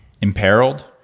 imperiled